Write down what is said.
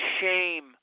shame